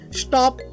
stop